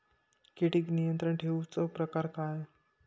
किडिक नियंत्रण ठेवुचा प्रकार काय?